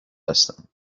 هستم